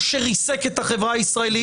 מה שריסק את החברה הישראלית.